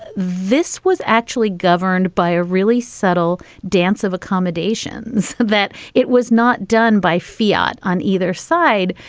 ah this was actually governed by a really subtle dance of accommodations that it was not done by fiat on either side,